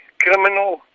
criminal